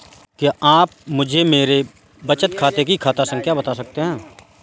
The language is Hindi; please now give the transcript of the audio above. क्या आप मुझे मेरे बचत खाते की खाता संख्या बता सकते हैं?